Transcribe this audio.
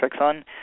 on